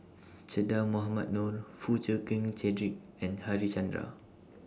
Che Dah Mohamed Noor Foo Chee Keng Cedric and Harichandra